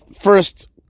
First